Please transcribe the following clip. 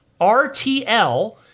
RTL